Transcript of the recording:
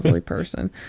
person